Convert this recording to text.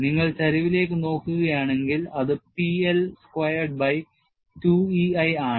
നിങ്ങൾ ചരിവിലേക്ക് നോക്കുകയാണെങ്കിൽ അത് P L squared by 2 EI ആണ്